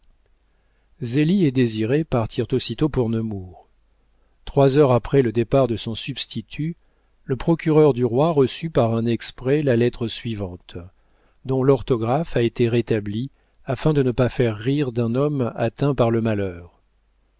et désiré partirent aussitôt pour nemours trois heures après le départ de son substitut le procureur du roi reçut par un exprès la lettre suivante dont l'orthographe a été rétablie afin de ne pas faire rire d'un homme atteint par le malheur